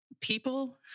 People